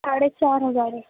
ساڑھے چار ہزار روپئے